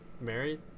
married